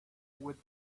with